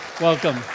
welcome